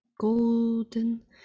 golden